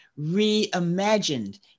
reimagined